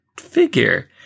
figure